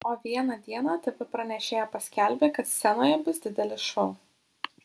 o vieną dieną tv pranešėja paskelbė kad scenoje bus didelis šou